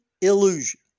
illusion